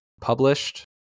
published